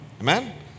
Amen